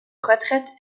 retraite